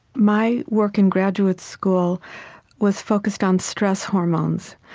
my work in graduate school was focused on stress hormones,